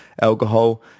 alcohol